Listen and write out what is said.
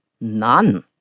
none